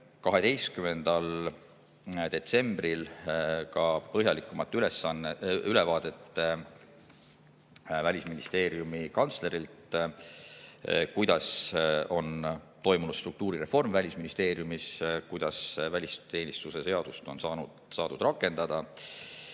12. detsembril ka põhjalikumat ülevaadet Välisministeeriumi kantslerilt, kuidas on toimunud struktuurireform Välisministeeriumis ja kuidas välisteenistuse seadust on rakendatud.